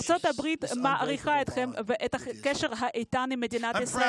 ארצות הברית מוקירה את הקשר האיתן עם מדינת ישראל.